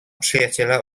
przyjaciela